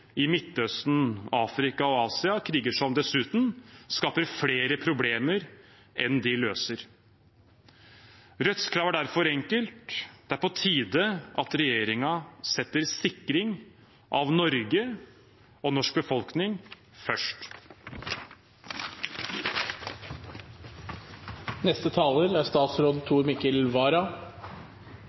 i Midtøsten, Afrika og Asia – kriger som dessuten skaper flere problemer enn de løser. Rødts krav er derfor enkelt: Det er på tide at regjeringen setter sikring av Norge og norsk befolkning